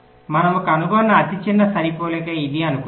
మనము కనుగొన్న అతిచిన్న సరిపోలిక ఇది అనుకుందాం